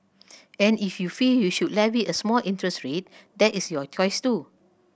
and if you feel you should levy a small interest rate that is your choice too